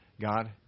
God